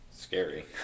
Scary